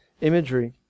imagery